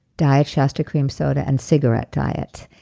diet shasta creme soda, and cigarette diet.